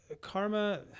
Karma